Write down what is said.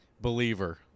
believer